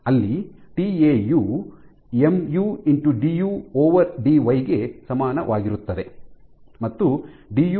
ಅಲ್ಲಿ tau mu x d u d y taumu x du dy ಗೆ ಸಮಾನವಾಗಿರುತ್ತದೆ ಮತ್ತು ಡಿಯು ಡಿವೈ du dy ಎಂದರೇನು